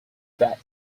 that